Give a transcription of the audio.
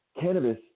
Cannabis